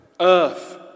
earth